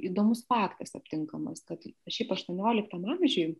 įdomus faktas aptinkamas kad šiaip aštuonioliktam amžiuj